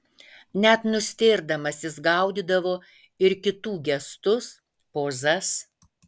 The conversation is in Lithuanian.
net nustėrdamas jis gaudydavo ir kitų gestus pozas